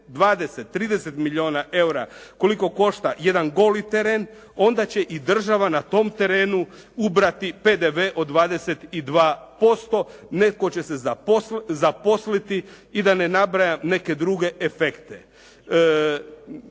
20, 30 milijuna EUR-a koliko košta jedan goli teren onda će i država na tom terenu ubrati PDV od 22%. Netko će se zaposliti i da ne nabrajam neke druge efekte.